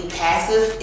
passive